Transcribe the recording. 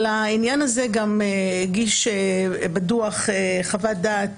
על העניין הזה הממונה על יישומים ביומטריים הגיש חוות דעת